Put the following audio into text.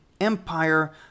empire